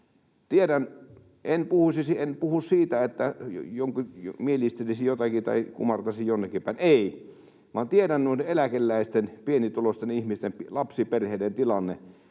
En puhu siitä, että mielistelisin jotakin tai kumartaisin jonnekin päin, ei, vaan tiedän noiden eläkeläisten, pienituloisten ihmisten, lapsiperheiden tilanteen,